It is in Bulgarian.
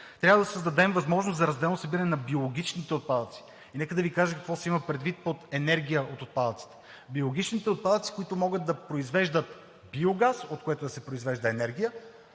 Трябва да създадем възможност за разделно събиране на биологичните отпадъци. И нека да Ви кажа какво се има предвид под енергия от отпадъци: биологични отпадъци, които могат да произвеждат биогаз, от който да се произвежда енергия